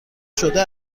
شده